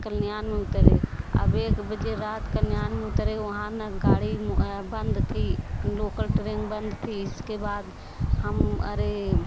कल्याण में उतरे अब एक बजे रात कल्याण में उतरे वहाँ न गाड़ी बंद थी लोकल ट्रेन बंद थी इसके बाद हम अरे